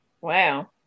Wow